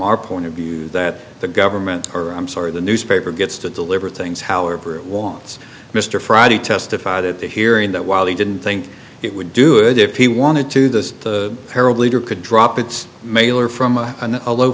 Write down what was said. our point of view that the government or i'm sorry the newspaper gets to deliver things however it wants mr friday testified at the hearing that while he didn't think it would do it if he wanted to this the arab leader could drop its mailer from a on a low